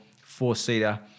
four-seater